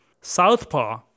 Southpaw